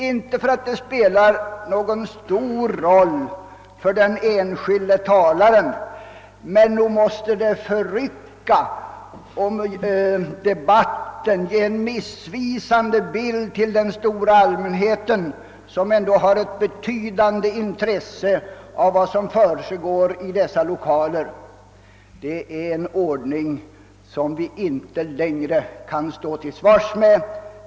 Inte för att det spelar någon stor roll för den enskilde talaren, men nog måste det förrycka debatten och ge den stora allmänheten en missvisande bild av meningsutbytet, den allmänhet som ändå har ett visst intresse av vad som försiggår i dessa lokaler. Det är en ordning som vi inte längre kan stå till svars med.